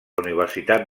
universitat